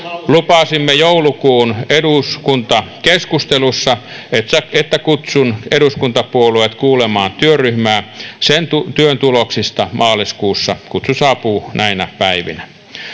lupasin joulukuun eduskuntakeskustelussa että että kutsun eduskuntapuolueet kuulemaan työryhmää sen työn tuloksista maaliskuussa kutsu saapuu näinä päivinä